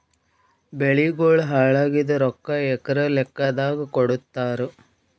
ಬೆಳಿಗೋಳ ಹಾಳಾಗಿದ ರೊಕ್ಕಾ ಎಕರ ಲೆಕ್ಕಾದಾಗ ಕೊಡುತ್ತಾರ?